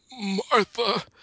Martha